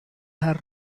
her